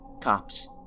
Cops